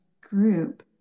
group